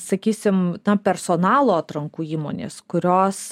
sakysim tam personalo atrankų įmonės kurios